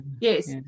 Yes